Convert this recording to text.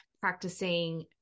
practicing